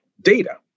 Data